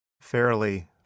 fairly